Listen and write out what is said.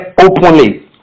openly